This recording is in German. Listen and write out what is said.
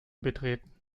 betreten